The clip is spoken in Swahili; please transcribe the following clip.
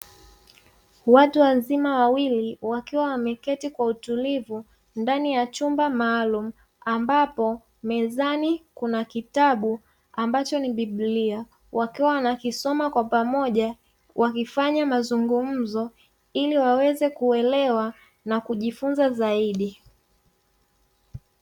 Watu wazima wawili, wakiwa wameketi kwa utulivu ndani ya chumba maalumu, ambapo mezani kuna kitabu ambacho ni biblia, wakiwa wanakisoma kwa pamoja, wakifanya mazungumzo ili waweze kuelewa na kujifunza zaidi.